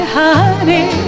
honey